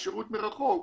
שירות מרחוק,